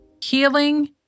Healing